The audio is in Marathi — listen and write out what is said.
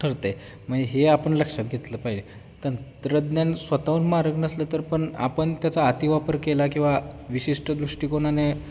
ठरते मग हे आपण लक्षात घेतलं पाहिजे तंत्रज्ञान स्वतःहून मार्ग नसलं तर पण आपण त्याचा अतिवापर केला किंवा विशिष्ट दृष्टिकोनाने